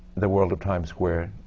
the world of times square.